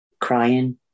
crying